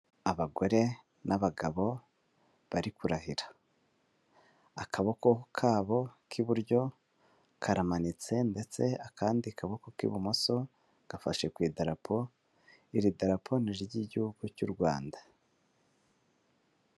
Abagore n'abagabo, bari kurahira, akaboko kabo k'iburyo, karamanitse, ndetse akandi kaboko k'ibumoso, gafashe ku idarapo, iri darapo ni iry'igihugu cy'u Rwanda.